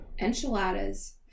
enchiladas